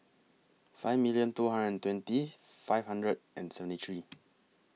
five million two hundred and twenty five hundred and seventy three